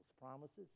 promises